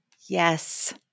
Yes